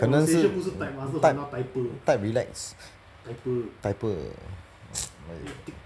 可能是 type type relax typer !aiyo!